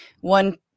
one